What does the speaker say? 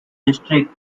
district